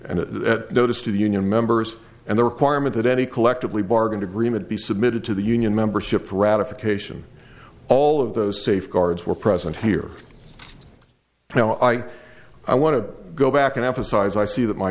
the notice to the union members and the requirement that any collectively bargain agreement be submitted to the union membership ratification all of those safeguards were present here now i i want to go back and emphasize i see that my